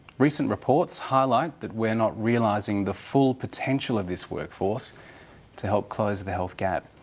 recent reports highlight that we are not realising the full potential of this workforce to help close the health gap.